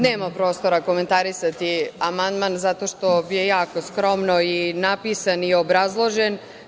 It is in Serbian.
Nema prostora komentarisati amandman zato što je jako skromno i napisan i obrazložen.